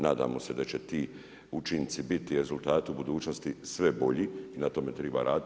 Nadamo se da će ti učinci biti rezultati u budućnosti sve bolji i na tome triba raditi.